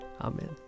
Amen